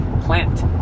Plant